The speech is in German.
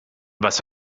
was